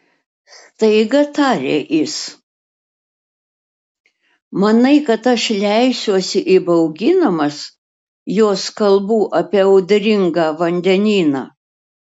staiga tarė jis manai kad aš leisiuosi įbauginamas jos kalbų apie audringą vandenyną